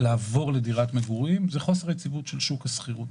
לעבור לדירת מגורים הוא בגלל חוסר היציבות של שוק השכירות.